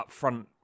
upfront